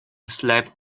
slept